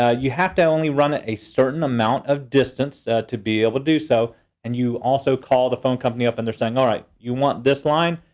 ah you have to only run it a certain amount of distance to be able to do so and you also call the phone company up and they're saying, all right, you want this line,